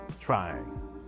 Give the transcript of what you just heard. trying